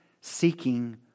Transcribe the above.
seeking